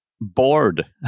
Bored